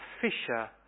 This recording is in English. fisher